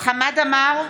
חמד עמאר,